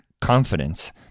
confidence